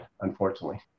unfortunately